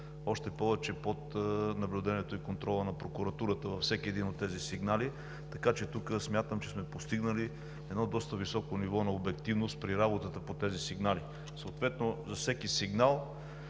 и под наблюдението и контрола на прокуратурата във всеки един от тези сигнали, така че смятам, че сме постигнали едно доста високо ниво на обективност при работата по тези сигнали. Съответно за всеки сигнал